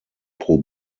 pro